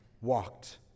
walked